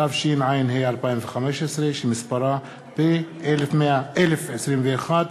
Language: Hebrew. התשע"ה 2015, שמספרה פ/1021/20.